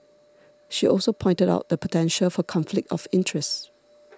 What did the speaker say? she also pointed out the potential for conflict of interest